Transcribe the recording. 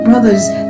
Brothers